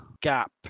gap